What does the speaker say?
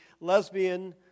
lesbian